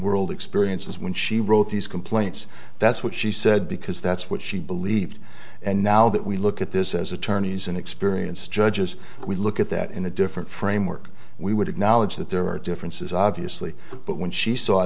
world experiences when she wrote these complaints that's what she said because that's what she believed and now that we look at this as attorneys and experience judges we look at that in a different framework we would acknowledge that there are differences obviously but when she saw